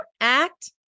act